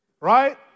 right